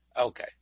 Okay